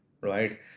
right